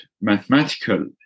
mathematical